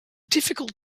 difficult